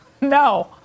No